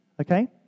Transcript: okay